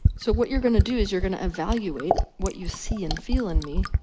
so what you're gonna do is you're gonna evaluate what you see and feel in me,